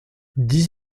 dix